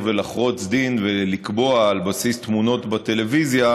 ולחרוץ דין ולקבוע על בסיס תמונות בטלוויזיה,